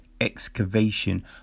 excavation